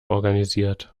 organisiert